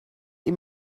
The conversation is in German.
ihm